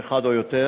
אחד או יותר.